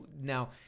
Now